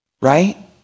right